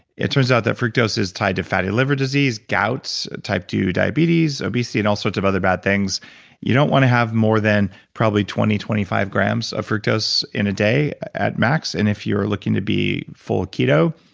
it turns out that fructose is tied to fatty liver disease, gouts, type ii diabetes, obesity, and all sorts of other bad things you don't want to have more than probably twenty, twenty five grams of fructose in a day, at max. and if you're looking to be full keto,